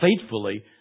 faithfully